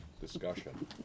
discussion